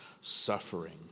suffering